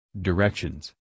directions